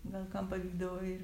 gal kam pavykdavo ir